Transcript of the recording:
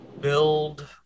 build